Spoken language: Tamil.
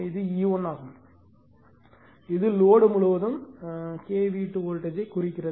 இது E1 ஆகும் இது லோடு முழுவதும் K V2 வோல்டேஜ் யைக் குறிக்கிறது